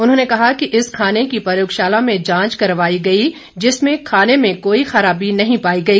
उन्होंने कहा कि इस खाने की प्रयोगशाला में जांच करवाई गई जिसमें खाने में कोई खराबी नहीं पाई गई